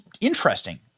interesting